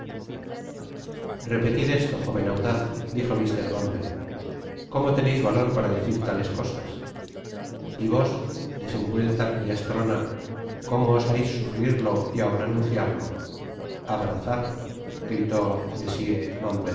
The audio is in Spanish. repetid esto joven audaz dijo mr bumble cómo teneis valor para decir tales cosas y vos desenvuelta pillastrona como osais sufrirlo y aun anunciarle abrazar gritó monsieur